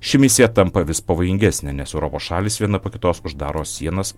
ši misija tampa vis pavojingesnė nes europos šalys viena po kitos uždaro sienas